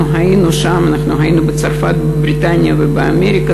אנחנו היינו שם, היינו בצרפת, בבריטניה ובאמריקה.